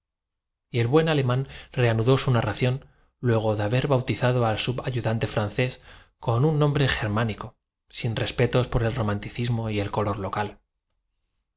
el buen alemán reanudó su narración luego de haber bautizado que despierta la fantasía las cimas de los árboles empezaban a dorar al subayudante francés con un nombre germánico sin respetos por el se a tomar matices subidos u ob scuros señales de vejez caían las romanticismo y el color local